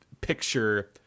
picture